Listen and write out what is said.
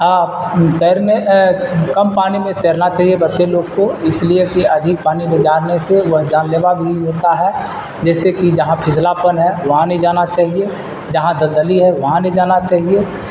ہاں تیرنے کم پانی میں تیرنا چاہیے بچے لوگ کو اس لیے کہ ادھی پانی میں جاننے سے وہ جان لینا بھی ہوتا ہے جیسے کی جہاں پھسلا پن ہے وہاں نہیں جانا چاہیے جہاں دلدلی ہے وہاں نہیں جانا چاہیے